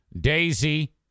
Daisy